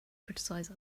criticize